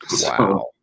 Wow